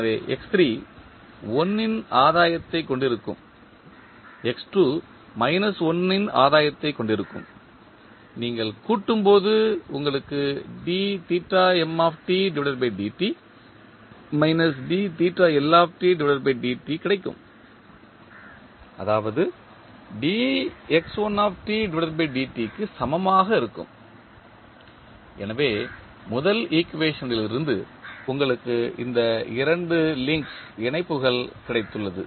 எனவே x3 1 இன் ஆதாயத்தைக் கொண்டிருக்கும் x2 இன் ஆதாயத்தைக் கொண்டிருக்கும் நீங்கள் கூட்டும்போது உங்களுக்கு கிடைக்கும் அதாவது க்கு சமமாக இருக்கும் எனவே முதல் ஈக்குவேஷன் லிருந்து உங்களுக்கு இந்த இரண்டு இணைப்புகள் கிடைத்துள்ளது